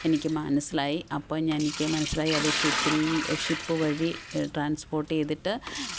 എനിക്ക് മനസ്സിലായി അപ്പം ഞാൻ എനിക്ക് മനസ്സിലായി അത് ഷിപ്പില് ഷിപ്പ് വഴി ട്രാന്സ്പോർട്ട് ചെയ്തിട്ട്